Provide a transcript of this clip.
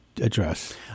address